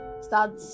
start